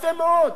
יפה מאוד,